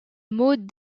mot